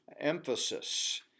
emphasis